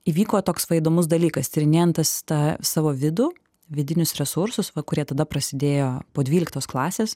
įvyko toks va įdomus dalykas tyrinėjat tas tą savo vidų vidinius resursus va kurie tada prasidėjo po dvyliktos klasės